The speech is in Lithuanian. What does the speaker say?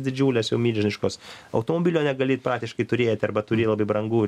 didžiulės jau milžiniškos automobilio negali praktiškai turėti arba turi labai branguir